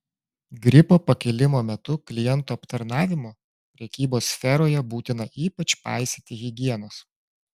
gripo pakilimo metu klientų aptarnavimo prekybos sferoje būtina ypač paisyti higienos